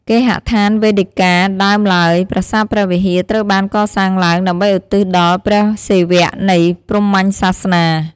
គេហដ្ឋានវេដិកា ដើមឡើយ ប្រាសាទព្រះវិហារ ត្រូវបាន កសាងឡើងដើម្បីឧទ្ទិសដល់ព្រះសិវៈ នៃ ព្រាហ្មណ៍សាសនា។